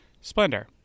Splendor